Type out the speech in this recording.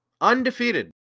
undefeated